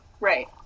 Right